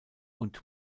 und